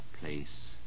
place